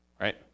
Right